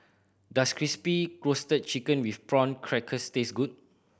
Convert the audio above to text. does Crispy Roasted Chicken with Prawn Crackers taste good